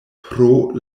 pro